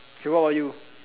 okay what about you